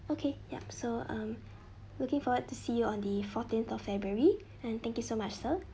okay yup so um looking forward to see on the fourteenth of february and thank you so much sir